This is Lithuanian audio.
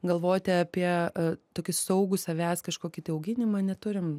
galvoti apie tokį saugų savęs kažkokį tai auginimą neturim